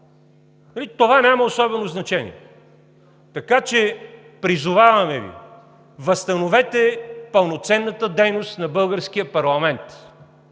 това няма особено значение! Така че призоваваме Ви: възстановете пълноценната дейност на българския парламент!